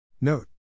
Note